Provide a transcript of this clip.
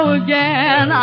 again